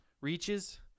Reaches